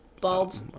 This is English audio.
Bald